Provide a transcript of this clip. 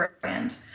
brand